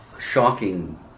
shocking